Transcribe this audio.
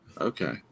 Okay